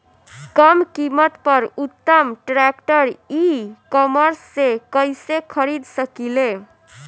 कम कीमत पर उत्तम ट्रैक्टर ई कॉमर्स से कइसे खरीद सकिले?